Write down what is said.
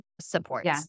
supports